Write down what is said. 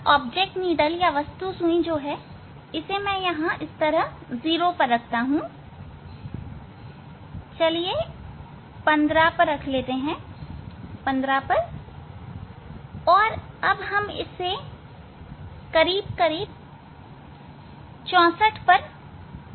यह वस्तु सुई मैं 0 पर रखता हूं यह यहां है चलिए 15 इसे 15 पर और अब इसे हम करीब करीब 64 पर रखते हैं